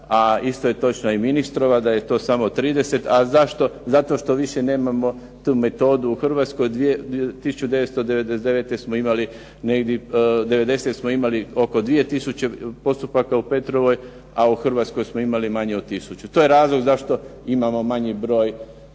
a isto je točna i ministrova da je to samo 30, a zašto? Zato što više nemamo tu metodu u Hrvatskoj. 1999. smo imali negdje, 90 smo imali oko 2000 postupaka u Petrovoj, a u Hrvatskoj smo imali manje od tisuću. To je razlog zašto imamo manji broj